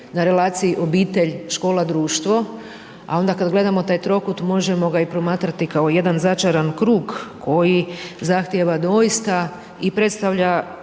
na relaciji obitelj-škola-društvo. A onda kada gledamo taj trokut, možemo ga i promatrati kao jedan začaran krug, koji zahtjeva doista i predstavlja